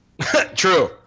true